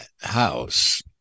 house